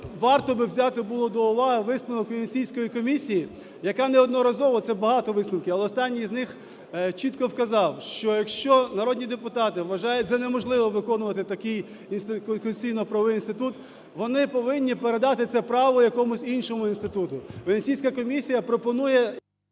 варто би взяти було до уваги висновок Венеційської комісії, яка неодноразово, це багато висновків, але останній з них чітко вказав, що, якщо народні депутати вважають за неможливе виконувати такий конституційно-правовий інститут, вони повинні передати це право якомусь іншому інституту.